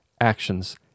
actions